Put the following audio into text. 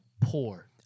poor